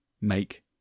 make